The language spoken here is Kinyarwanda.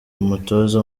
umutoza